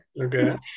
Okay